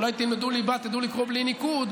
אולי תלמדו ליבה, תדעו לקרוא בלי ניקוד,